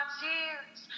tears